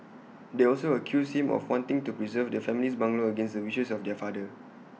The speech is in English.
they also accused him of wanting to preserve the family's bungalow against the wishes of their father